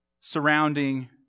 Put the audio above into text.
surrounding